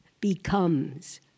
becomes